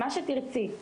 מה שתרצי,